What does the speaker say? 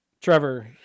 Trevor